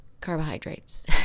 carbohydrates